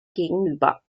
gegenüber